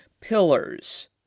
pillars